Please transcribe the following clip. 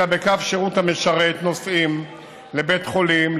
אלא בקו שירות" המשרת נוסעים לבית חולים,